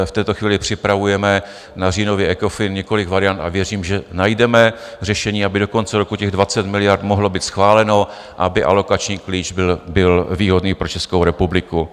V této chvíli připravujeme na říjnový Ecofin několik variant a věřím, že najdeme řešení, aby do konce roku těch 20 miliard mohlo být schváleno, aby alokační klíč byl výhodný pro Českou republiku.